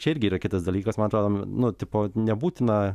čia irgi yra kitas dalykas man atrodo nu tipo nebūtina